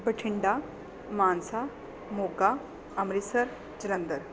Bathinda Mansa Moga Amritsar Jalandhar